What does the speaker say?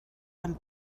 ein